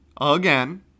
again